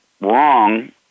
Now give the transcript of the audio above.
wrong